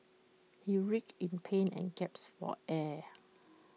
he writhed in pain and gasped for air